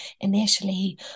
initially